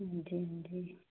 ਹਾਂਜੀ ਹਾਂਜੀ